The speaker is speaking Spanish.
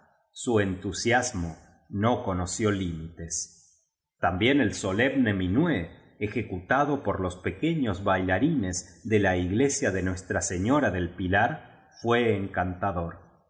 su en tusiasmo no conoció límites también el solemne minué ejecutado por los pequeños bailarines de la iglesia de nues tra señora del pilar fué encantador